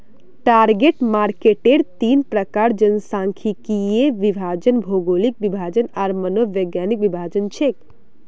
target मार्केटेर तीन प्रकार जनसांख्यिकीय विभाजन, भौगोलिक विभाजन आर मनोवैज्ञानिक विभाजन छेक